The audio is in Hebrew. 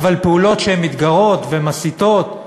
אבל פעולות שהן מתגרות ומסיתות,